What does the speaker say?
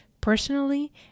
personally